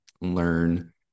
learn